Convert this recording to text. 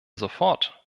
sofort